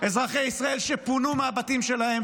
אזרחי ישראל שפונו מהבתים שלהם,